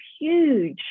huge